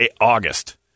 august